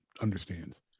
understands